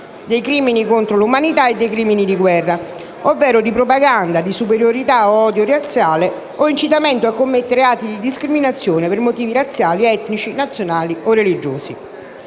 dei crimini contro l'umanità e dei crimini di guerra, ovvero di propaganda, di superiorità o odio razziale o incitamento a commettere reati di discriminazione per motivi razziali, etnici, nazionali o religiosi.